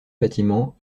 bâtiment